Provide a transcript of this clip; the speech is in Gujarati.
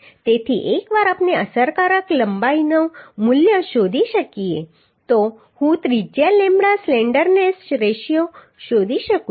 તેથી એકવાર આપણે અસરકારક લંબાઈનું મૂલ્ય શોધી લઈએ તો હું ત્રિજ્યા લેમ્બડા સ્લેન્ડરનેસ રેશિયો શોધી શકું છું